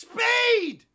Speed